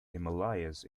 himalayas